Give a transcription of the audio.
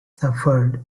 suffered